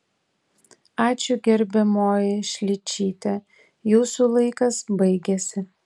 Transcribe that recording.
ačiū gerbiamoji šličyte jūsų laikas baigėsi